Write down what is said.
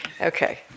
Okay